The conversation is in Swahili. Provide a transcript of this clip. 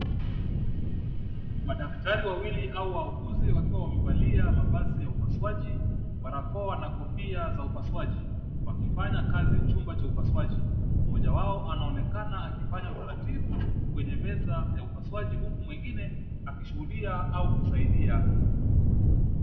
Madaktari wawili au wauguzi wakiwa wamevalia mavazi ya upasuaji, barakoa na kofia za upasuaji, wakifanya kazi chumba cha upasuaji. Mmoja wao anaonekana akifanya taratibu kwenye meza ya upasuaji huku mwingine akishuhudia au kusaidia.